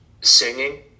singing